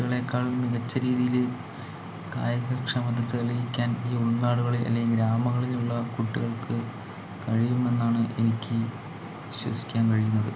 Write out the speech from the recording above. കുട്ടികളേക്കാളും മികച്ച രീതിയിൽ കായിക ക്ഷമത തെളിയിക്കാൻ ഈ ഉൾനാടുകളിൽ അല്ലെങ്കിൽ ഗ്രാമങ്ങളിലുള്ള കുട്ടികൾക്ക് കഴിയുമെന്നാണ് എനിക്ക് വിശ്വസിക്കാൻ കഴിയുന്നത്